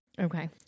Okay